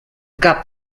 cap